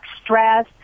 stress